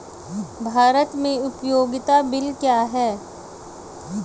भारत में उपयोगिता बिल क्या हैं?